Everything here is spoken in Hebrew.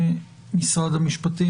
ונציגת משרד המשפטים,